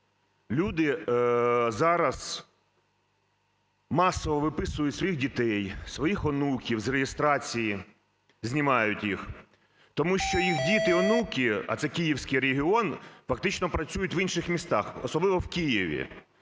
Люди зараз масово виписують своїх дітей, своїх онуків з реєстрації знімають їх, тому що їх діти й онуки (а це київський регіон) фактично працюють в інших містах, особливо в Києві,